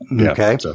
Okay